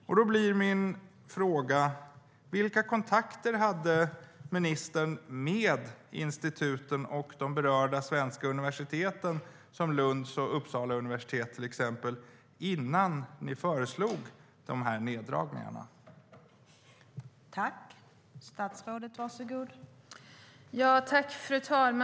Frågan blir då vilka kontakter ministern hade med instituten och de berörda svenska universiteten, till exempel Lunds universitet och Uppsala universitet, innan ni föreslog de här neddragningarna.